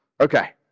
Okay